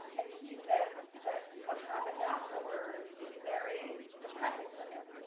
and he said that what happened afterwards was very depressing for him,